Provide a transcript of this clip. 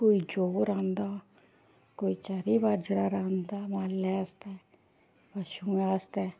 कोई जौं रांह्दा कोई चर्री बाजरा रांह्दा मालै आस्तै पशुएं आस्तै